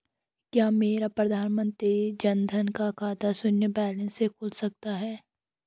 क्या मेरा प्रधानमंत्री जन धन का खाता शून्य बैलेंस से खुल सकता है?